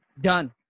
Done